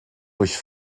durch